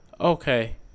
Okay